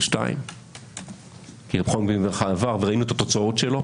2. כי חוק בן גביר 1 עבר וראינו את התוצאות שלו.